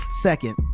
second